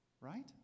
right